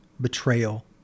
betrayal